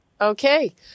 Okay